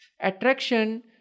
Attraction